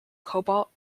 cobalt